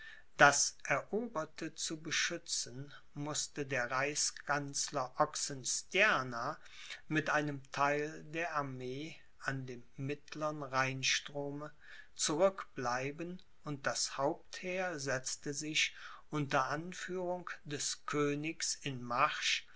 das eroberte zu beschützen mußte der reichskanzler oxenstierna mit einem theile der armee an dem mittlern rheinstrome zurückbleiben und das hauptheer setzte sich unter anführung des königs in marsch